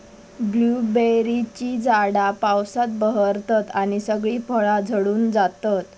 ब्लूबेरीची झाडा पावसात बहरतत आणि सगळी फळा झडून जातत